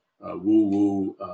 woo-woo